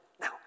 Now